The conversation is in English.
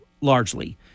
largely